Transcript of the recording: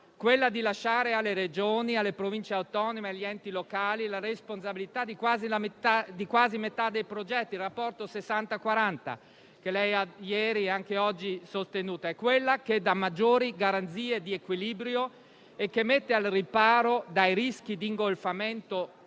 quella di lasciare alle Regioni, alle Province autonome e agli enti locali la responsabilità di quasi metà dei progetti, nel rapporto 60/40, che lei ieri e oggi ha sostenuto. È la scelta che dà maggiori garanzie di equilibrio e mette al riparo dai rischi di ingolfamento